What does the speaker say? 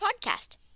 podcast